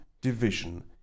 division